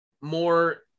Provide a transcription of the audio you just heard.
more